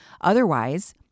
Otherwise